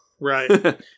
right